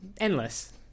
Endless